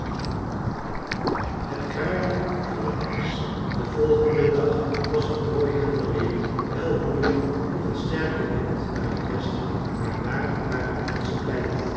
het kruien van het ijs den volgenden dag was het mooi helder weer wel woei er nog een sterke wind uit het westen maar daar waren de menschen blij om